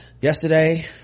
Yesterday